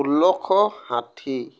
ষোল্লশ ষাঠি